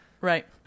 Right